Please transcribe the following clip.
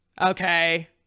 Okay